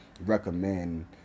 recommend